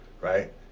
right